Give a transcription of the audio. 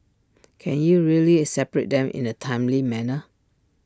can you really separate them in A timely manner